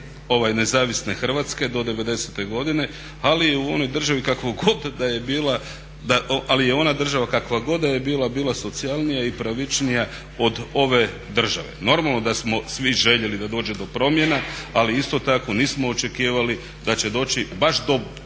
onoj državi kakva god da je bila, ali je ona država kakva god da je bila bila socijalnija i pravičnija od ove države. Normalno da smo svi željeli da dođe do promjena, ali isto tako nismo očekivali da će doći baš do takvog